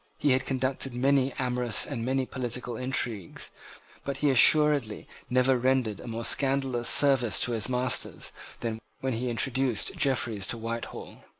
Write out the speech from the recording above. he had conducted many amorous and many political intrigues but he assuredly never rendered a more scandalous service to his masters than when he introduced jeffreys to whitehall.